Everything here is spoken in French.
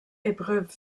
épreuves